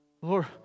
Lord